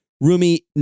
Rumi